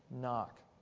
knock